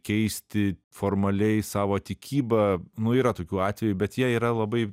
keisti formaliai savo tikybą nu yra tokių atvejų bet jie yra labai